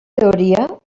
teoria